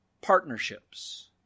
partnerships